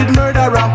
murderer